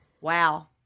Wow